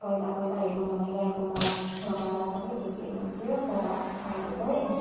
पहिला पहिला हेरौँ भने गाईको मल लगाएर सबै खेतीहरू हुन्थ्यो तर अहिले चाहिँ